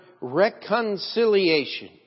reconciliation